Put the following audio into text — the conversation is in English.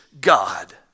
God